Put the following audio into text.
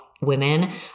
women